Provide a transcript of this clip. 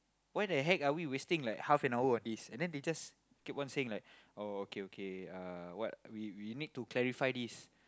why the heck are we wasting like half an hour on this and then they just keep on saying like oh okay okay uh what we we need to clarify this